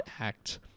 act